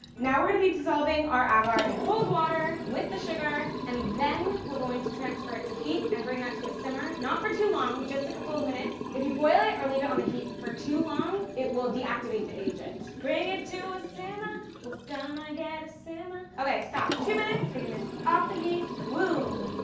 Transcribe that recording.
now we're gonna be dissolving our agar in cold water with the sugar and then we're going to transfer it to heat and bring that to a simmer, not for too long, just a couple of minutes. if you boil it or leave it on the heat for too long, it will deactivate the agent. bring it to a simmer we're gonna get a simmer okay, stop, two minutes, taking this off the heat. whoom.